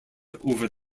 over